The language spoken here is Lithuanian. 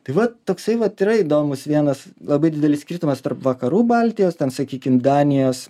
tai vat toksai vat yra įdomus vienas labai didelis skirtumas tarp vakarų baltijos ten sakykim danijos